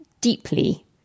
deeply